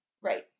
Right